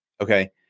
okay